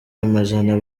amajana